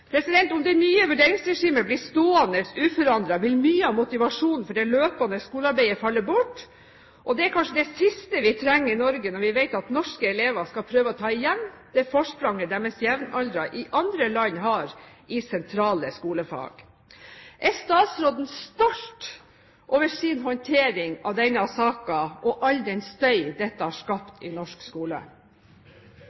Om det nye vurderingsregimet blir stående uforandret, vil mye av motivasjonen for det løpende skolearbeidet falle bort. Det er kanskje det siste vi trenger i Norge når vi vet at norske elever skal prøve å ta igjen det forspranget deres jevnaldrende i andre land har i sentrale skolefag. Er statsråden stolt over sin håndtering av denne saken og all den støy dette har